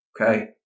Okay